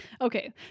Okay